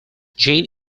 jane